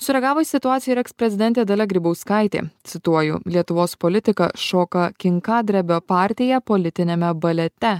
sureagavo į situaciją ir eksprezidentė dalia grybauskaitė cituoju lietuvos politika šoka kinkadrebio partiją politiniame balete